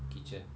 kitchen